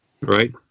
right